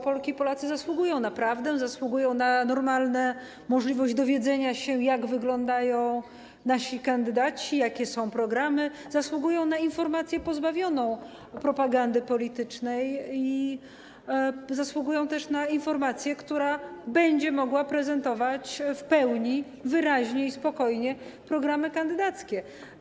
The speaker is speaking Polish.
Polki i Polacy zasługują na prawdę, zasługują na normalną możliwość dowiedzenia się, jak wyglądają nasi kandydaci, jakie są programy, zasługują na informację pozbawioną propagandy politycznej i zasługują też na informację, która będzie mogła prezentować w pełni, wyraźnie i spokojnie programy kandydackie.